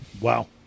Wow